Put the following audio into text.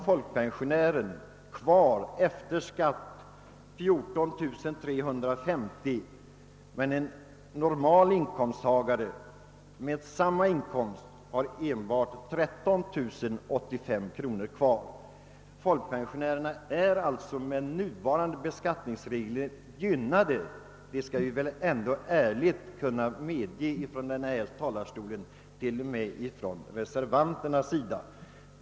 Folkpensionären har efter skatt kvar 14 350 kronor av en inkomst av denna storlek, medan en annan inkomsttagare får behålla endast 13085 kronor av motsvarande belopp. Folkpensionärerna är alltså med nuvarande beskattningsregler gynnade. Det borde väl t.o.m. reservanterna ärligen kunna medge.